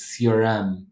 crm